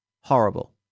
horrible